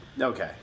Okay